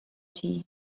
tea